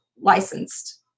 licensed